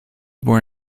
born